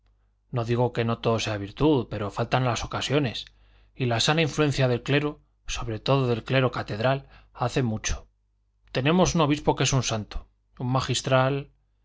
no digo que todo sea virtud pero faltan las ocasiones y la sana influencia del clero sobre todo del clero catedral hace mucho tenemos un obispo que es un santo un magistral